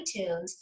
iTunes